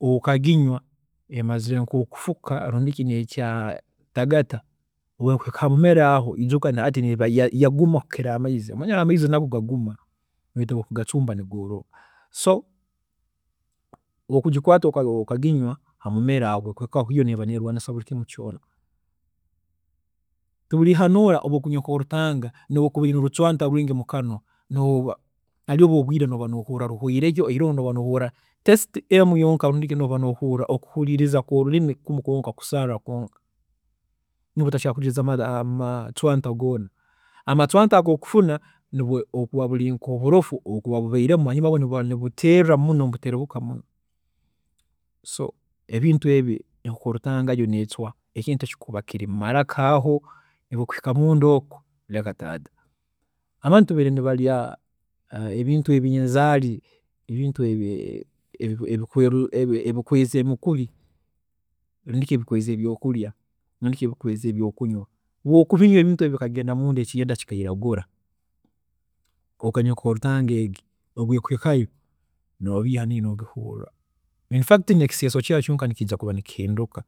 okaginywa emazire nkokufuka rundi ki nekyaatagata, ekahika hamumiro ijuka hati neeba yaguma kukira amaizi, omanyire amaizi nago gaguma baitu obu okugacuumba nigooroba. So obu okugikwaata okaginywa hamumiro aho obu ekahikaho omanyire yo neeba neerwaanisa buri kintu kyoona, tiburihanuura obu orikunywa nk'orutaanga nobu okuba oyine orucwaanta rwiingi mukanwa hari obu obwiire nooba noohuurra ruhwiireyo oyihireho nooba nohuurra test emu yonka rundi ki nooba noohuurra okuhuriiriza kwolurimi kwonka kusaarra kwonka, nooba tokyahuurra macwanta goona. Amacwaanta agu okufuna nibwe bukuba buri nk'oburofu obukuba buhwiiremu omanyire nabwe nibuba nibuteerra muno nibuterebuka. So ebintu ebi enkoko rutanga yo necwa ekintu ekikuba kiri mumaraka omu, nibikuhika munda omu, reka taata, abantu babaire nibarya ebintu ebinzaari, ebintu ebikweeza emikubi, rundi ki ebikweeza ebyokurya rundi ki ebikweeza ebyokunywa, obu okubinywa ebintu ebi bikagenda munda ekyenda kikairagura, okanywa ekoko rutanga egi, obu ekuhikayo noobiiha niiwe nokahuurra, infact nekiseeso kyaawe kyoona nikiija kuba nikihinduka.